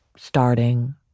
starting